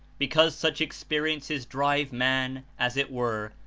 because such experiences drive man, as it were,